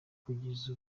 kugeza